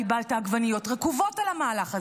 קיבלת עגבניות רקובות על המהלך הזה,